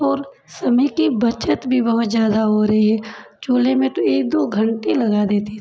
और समय की बचत भी बहुत ज़्यादा हो रही है चूल्हे में तो एक दो घंटे लगा देती थी